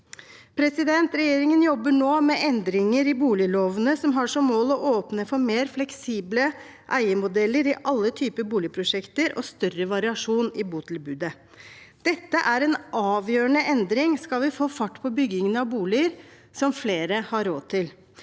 utleiere. Regjeringen jobber nå med endringer i boliglovene som har som mål å åpne for mer fleksible eiermodeller i alle typer boligprosjekter og større variasjon i botilbudet. Dette er en avgjørende endring hvis vi skal få fart på byggingen av boliger som flere har råd til.